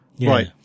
Right